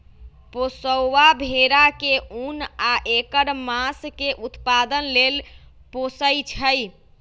पोशौआ भेड़ा के उन आ ऐकर मास के उत्पादन लेल पोशइ छइ